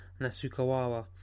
Nasukawa